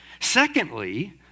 Secondly